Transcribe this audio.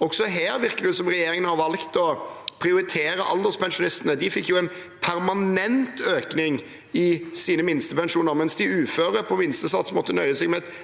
Også her virker det som om regjeringen har valgt å prioritere alderspensjonistene. De fikk en permanent økning av sine minstepensjoner, mens de uføre som er på minstesats, måtte nøye seg med et